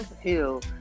Hill